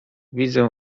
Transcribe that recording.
widzę